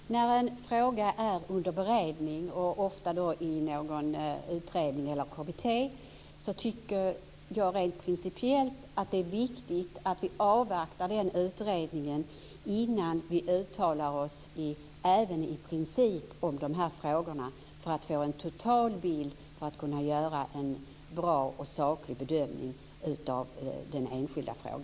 Fru talman! När en fråga är under beredning, ofta i en utredning eller kommitté, tycker jag att det är principiellt viktigt att avvakta utredningen innan vi uttalar oss - även i princip - i frågorna, för att få en total bild och kunna göra en bra och saklig bedömning.